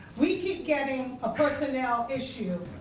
we keep getting a personnel issue,